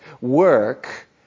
work